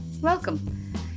welcome